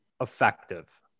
effective